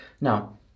Now